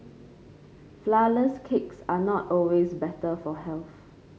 flourless cakes are not always better for health